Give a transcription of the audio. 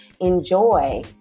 enjoy